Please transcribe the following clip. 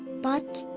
but.